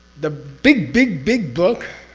the big big big book,